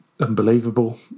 unbelievable